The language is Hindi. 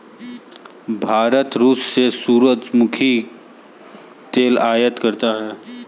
भारत रूस से सूरजमुखी तेल आयात करता हैं